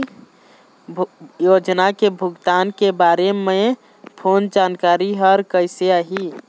योजना के भुगतान के बारे मे फोन जानकारी हर कइसे आही?